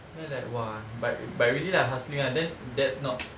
then like !wah! but really like hustling ah then that's not